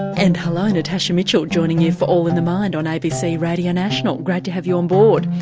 and hello, natasha mitchell joining you for all in the mind on abc radio national great to have you on board.